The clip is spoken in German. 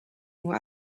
nur